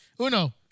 Uno